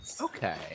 okay